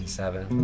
seven